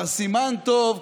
בר סימן טוב.